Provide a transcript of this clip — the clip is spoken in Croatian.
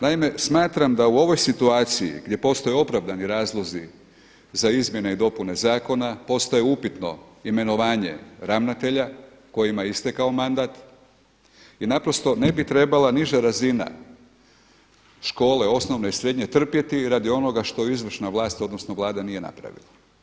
Naime, smatram da u ovoj situaciji gdje postoje opravdani razlozi za izmjene i dopune zakona postaje upitno imenovanje ravnatelja kojima je istekao mandat i naprosto ne bi trebala niža razina škole, osnovne i srednje trpjeti radi onoga što izvršna vlast, odnosno Vlada nije napravila.